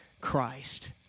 Christ